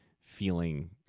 feeling